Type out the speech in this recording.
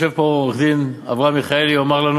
יושב פה עורך-דין אברהם מיכאלי והוא יאמר לנו